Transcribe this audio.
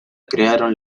crearon